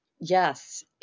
Yes